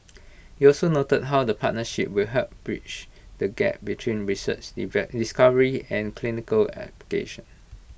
he also noted how the partnership will help bridge the gap between research discovery and clinical application